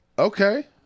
Okay